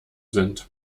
sind